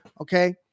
okay